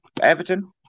Everton